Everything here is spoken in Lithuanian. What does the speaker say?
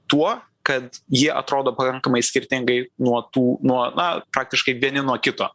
tuo kad jie atrodo pakankamai skirtingai nuo tų nuo na praktiškai vieni nuo kito